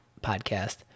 podcast